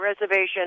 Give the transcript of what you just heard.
reservation